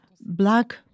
black